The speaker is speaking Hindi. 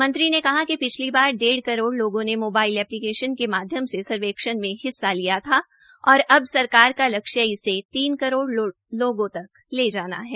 मंत्री ने बताया कि पिछली बार डेढ़ करोड़ लोगों ने मोबाइल ऐप्लीकेशन के माध्यम से सर्वेक्षण में हिस्सा लिया था और अब सरकार का लक्ष्य इसे तीन करोड़ लोगों तक ले जाना है